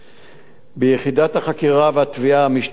ביחידת החקירה והתביעה המשטרתית ניתן